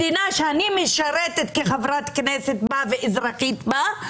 אני אמשיך להיאבק ובדרכים חוקיות.